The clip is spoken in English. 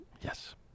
Yes